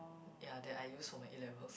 ya that I use for my A-levels